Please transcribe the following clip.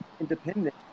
independent